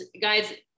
guys